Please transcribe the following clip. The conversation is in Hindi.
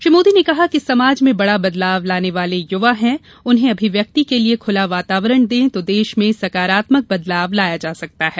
श्री मोदी ने कहा कि समाज में बड़ा बदलाव लाने वाले युवा हैं उन्हें अभिव्यक्ति के लिए खुला वातावरण दें तो देश में सकारात्मक बदलाव लाया जा सकता है